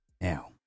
Now